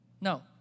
No